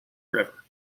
river